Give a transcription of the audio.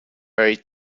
very